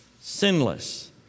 sinless